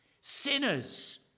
sinners